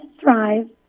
thrive